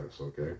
Okay